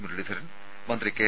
മുരളീധരൻ മന്ത്രി കെ